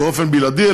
באופן בלעדי,